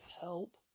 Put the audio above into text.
help